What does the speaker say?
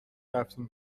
رفتیم